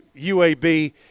UAB